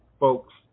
Folks